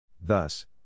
thus